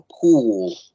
pool